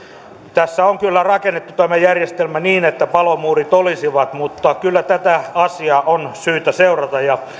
tässä on kyllä rakennettu tämä järjestelmä niin että palomuurit olisivat mutta kyllä tätä asiaa on syytä seurata ja